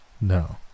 No